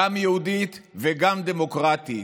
גם יהודית וגם דמוקרטית,